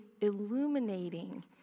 illuminating